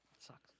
Sucks